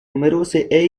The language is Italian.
numerose